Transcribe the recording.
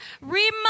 remind